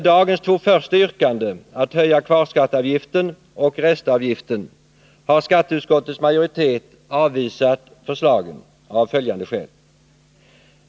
Dagens två första yrkanden, att höja kvarskatteavgiften och restavgiften, har skatteutskottets majoritet avvisat, av följande skäl.